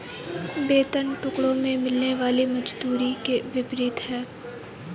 वेतन टुकड़ों में मिलने वाली मजदूरी के विपरीत है